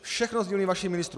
Všechno z dílny vašich ministrů!